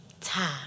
time